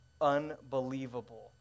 unbelievable